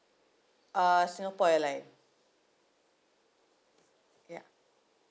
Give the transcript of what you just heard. uh singapore airline ya